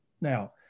Now